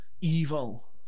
evil